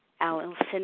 Allison